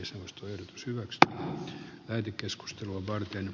suostuin syötöstä käyty keskustelua varten